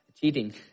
cheating